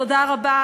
תודה רבה.